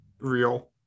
real